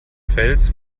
fels